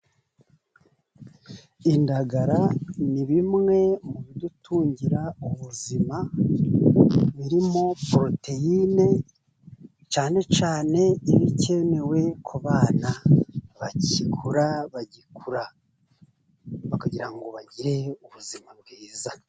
Indagara ni bimwe mu bidutungira ubuzima, birimo poroteyine cyane cyane iba ikenewe ku bana bagikura. Kugira ngo bagire ubuzima bwiza.